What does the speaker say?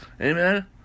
Amen